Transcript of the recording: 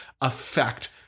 affect